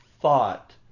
thought